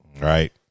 right